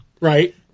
right